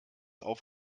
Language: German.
auf